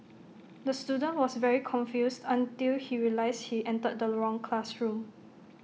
the student was very confused until he realised he entered the wrong classroom